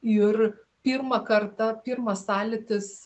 ir pirmą kartą pirmas sąlytis